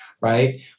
right